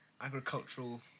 agricultural